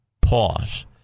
Pause